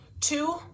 Two